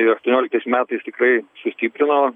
aštuonioliktais metais tiktai sustiprino